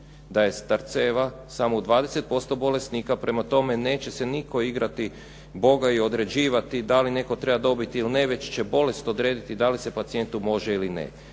da je Tarceva samo u 20% bolesnika, prema tome neće se nitko igrati Boga i određivati da li netko treba dobiti ili ne već će bolest odrediti da li se pacijentu može ili ne.